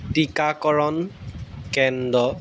টিকাকৰণ কেন্দ্ৰ